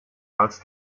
als